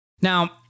Now